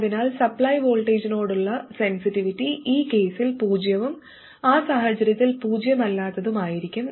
അതിനാൽ സപ്ലൈ വോൾട്ടേജിനോടുള്ള സെൻസിറ്റിവിറ്റി ഈ കേസിൽ പൂജ്യവും ആ സാഹചര്യത്തിൽ പൂജ്യമല്ലാത്തതുമായിരിക്കും